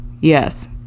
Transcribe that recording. Yes